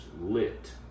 lit